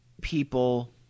people